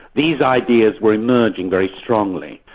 these ideas were emerging very strongly.